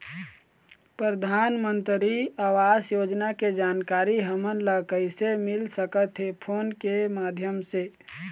परधानमंतरी आवास योजना के जानकारी हमन ला कइसे मिल सकत हे, फोन के माध्यम से?